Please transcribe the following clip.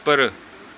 ਉੱਪਰ